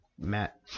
Matt